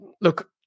look